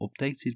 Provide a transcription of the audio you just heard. updated